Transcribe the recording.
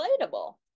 relatable